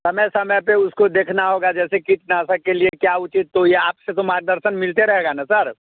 समय समय पर उसको देखना होगा जैसे कीटनासक के लिए क्या उचित तो यह आपसे तो मार्गदर्शन मिलते रहेगा ना सर